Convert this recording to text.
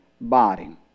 body